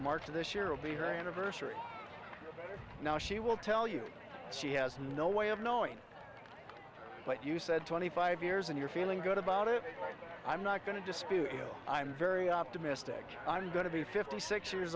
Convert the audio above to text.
march of this year will be her anniversary now she will tell you she has no way of knowing but you said twenty five years and you're feeling good about it i'm not going to dispute you i'm very optimistic i'm going to be fifty six years